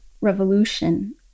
revolution